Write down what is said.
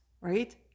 right